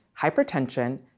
hypertension